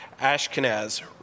Ashkenaz